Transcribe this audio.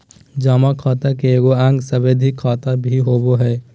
जमा खाता के एगो अंग सावधि खाता भी होबो हइ